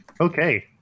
Okay